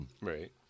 Right